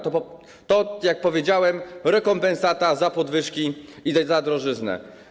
To, jak powiedziałem, rekompensata za podwyżki i za drożyznę.